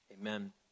Amen